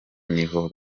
niho